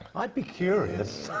i'd be curious.